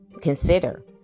consider